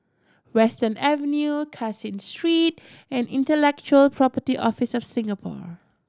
Western Avenue Caseen Street and Intellectual Property Office of Singapore